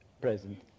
present